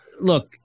Look